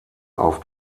auf